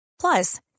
Plus